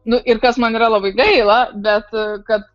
nu ir kas man yra labai gaila bet kad